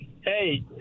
Hey